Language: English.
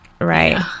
right